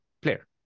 player